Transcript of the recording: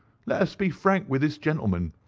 let us be frank with this gentleman.